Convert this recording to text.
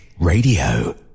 Radio